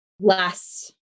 less